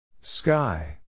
sky